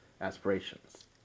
aspirations